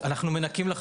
אנחנו מנקים לחלוטין.